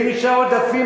ואם נשאר עודפים,